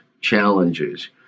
challenges